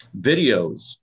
videos